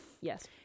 yes